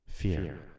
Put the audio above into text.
fear